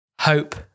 hope